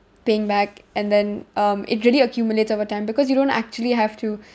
paying back and then um it really accumulates over time because you don't actually have to